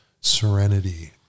serenity